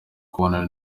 kubonana